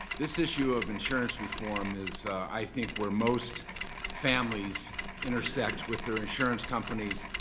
this issue of insurance reform is i think where most families intersect with their insurance companies,